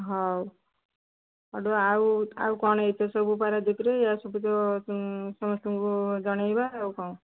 ହଉ ଆଉ ଆଉ କ'ଣ ଏତେ ସବୁ ପାରାଦ୍ୱିପ'ରେ ଏହା ସବୁ ତ ସମସ୍ତଙ୍କୁ ଜଣେଇବା ଆଉ କ'ଣ